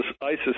ISIS